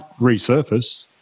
resurface